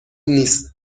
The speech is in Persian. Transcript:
نیست